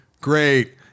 Great